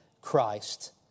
Christ